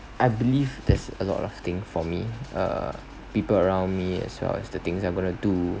I believe there's a lot of thing for me err people around me as well as the things I'm going to do